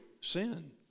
sin